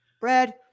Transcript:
Brad